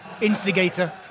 Instigator